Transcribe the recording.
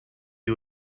you